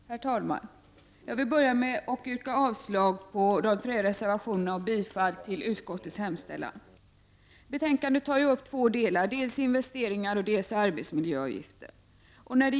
Herr talman! Jag vill börja med att yrka avslag på de tre reservationerna och bifall till utskottets hemställan. Betänkandet består av två delar som gäller dels investeringar, dels arbetsmiljöavgiften.